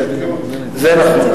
זה נכון.